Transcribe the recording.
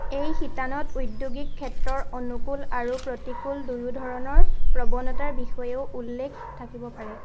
এই শিতানত উদ্যোগিক ক্ষেত্ৰৰ অনুকূল আৰু প্ৰতিকূল দুয়োধৰণৰ প্ৰৱণতাৰ বিষয়েও উল্লেখ থাকিব পাৰে